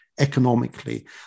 economically